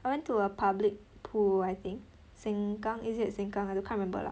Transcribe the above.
I went to a public pool I think sengkang is it sengkang I can't remember lah